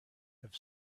have